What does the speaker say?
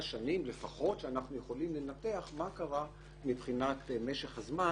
שנים לפחות שאנחנו יכולים לנתח מה קרה במשך הזמן